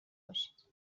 باشید